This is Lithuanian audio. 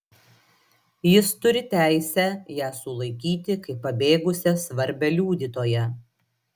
jis turi teisę ją sulaikyti kaip pabėgusią svarbią liudytoją